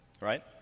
Right